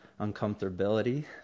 uncomfortability